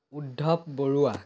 উদ্ভৱ বৰুৱা